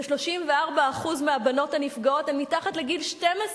ו-34% מהבנות הנפגעות הן מתחת לגיל 12,